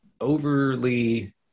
overly